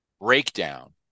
breakdown